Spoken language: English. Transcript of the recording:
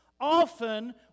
often